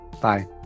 bye